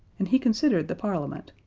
and he considered the parliament,